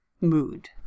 mood